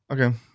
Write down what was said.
Okay